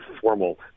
formal